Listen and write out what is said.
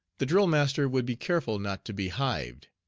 the drill-master would be careful not to be hived.